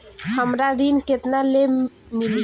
हमरा ऋण केतना ले मिली?